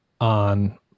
on